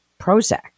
Prozac